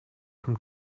vom